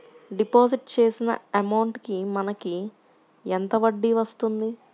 Deposit చేసిన amount కి మనకి ఎంత వడ్డీ వస్తుంది?